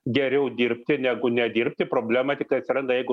geriau dirbti negu nedirbti problema tiktai atsiranda jeigu